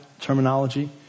terminology